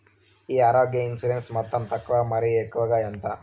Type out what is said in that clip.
ఈ ఆరోగ్య ఇన్సూరెన్సు మొత్తం తక్కువ మరియు ఎక్కువగా ఎంత?